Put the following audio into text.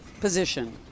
position